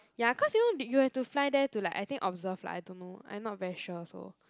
ya cause you know did you have to fly there to like I think observe lah I don't know I'm not very sure also